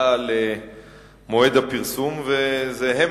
מ-2005, ובו היא